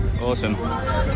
awesome